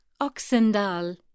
Oxendal